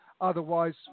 Otherwise